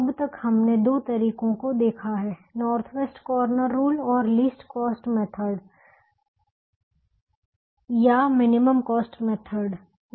अब तक हमने दो तरीकों को देखा है नॉर्थ वेस्ट कॉर्नर रूल और लिस्ट कॉस्ट मेथड न्यूनतम लागत विधि या मिनिमम कॉस्ट मेथड न्यूनतम लागत विधि